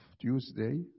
Tuesday